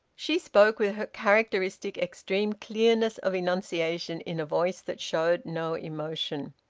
she spoke with her characteristic extreme clearness of enunciation, in a voice that showed no emotion.